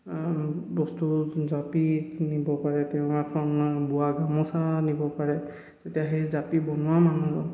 বস্তু জাপিত নিব পাৰে তেওঁ এখন বোৱা গামোচা নিব পাৰে তেতিয়া সেই জাপি বনোৱা মানুহ